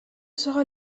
sera